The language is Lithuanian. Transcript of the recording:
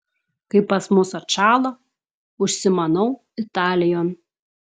kai pas mus atšąla užsimanau italijon